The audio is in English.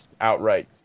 outright